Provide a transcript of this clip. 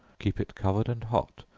keep it covered and hot,